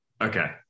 Okay